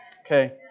Okay